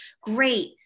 Great